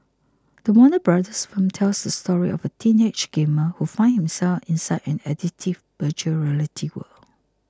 the Warner Bros film tells the story of a teenage gamer who finds himself inside an addictive Virtual Reality world